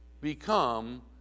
become